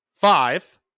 five